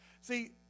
See